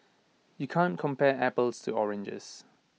you can't compare apples to oranges